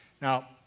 Now